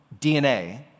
dna